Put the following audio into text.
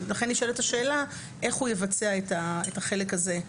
לכן נשאלת השאלה איך הוא יבצע את החלק הזה?